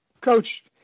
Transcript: coach